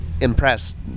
impressed